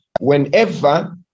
Whenever